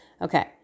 Okay